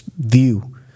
view